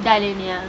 dhayalini ah